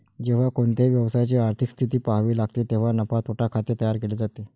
जेव्हा कोणत्याही व्यवसायाची आर्थिक स्थिती पहावी लागते तेव्हा नफा तोटा खाते तयार केले जाते